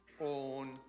own